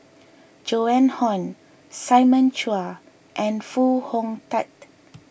Joan Hon Simon Chua and Foo Hong Tatt